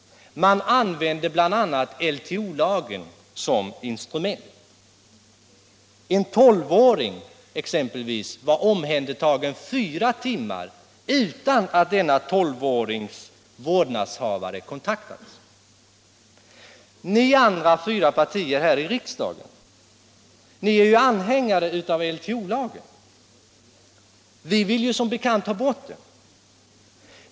Man använde bl.a. LTO-lagen som instrument. En 12-åring, exempelvis, var omhändertagen fyra timmar, utan att hans vårdnadshavare kontaktades. De fyra andra riksdagspartierna är ju anhängare av LTO. Vi vill ju som bekant ha bort den.